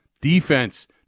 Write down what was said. Defense